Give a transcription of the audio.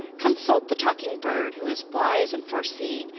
consult the talking bird, who is wise and far-seeing,